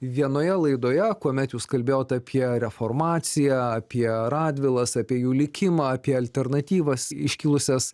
vienoje laidoje kuomet jūs kalbėjot apie reformaciją apie radvilas apie jų likimą apie alternatyvas iškilusias